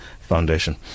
Foundation